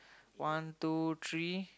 one two three